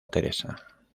teresa